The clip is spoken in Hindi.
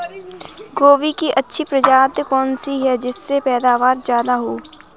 गोभी की अच्छी प्रजाति कौन सी है जिससे पैदावार ज्यादा हो?